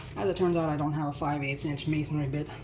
as it turns out, don't have a five eight inch masonry bit.